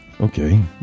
Okay